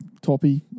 Toppy